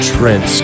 Trent